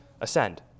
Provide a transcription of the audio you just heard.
ascend